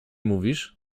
mówisz